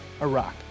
Iraq